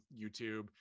YouTube